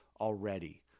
already